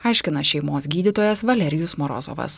aiškina šeimos gydytojas valerijus morozovas